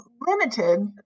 Limited